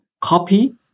copy